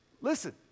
listen